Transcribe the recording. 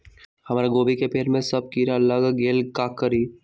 हमरा गोभी के पेड़ सब में किरा लग गेल का करी?